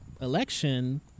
election